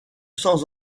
sans